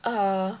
uh